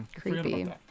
Creepy